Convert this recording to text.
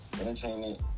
entertainment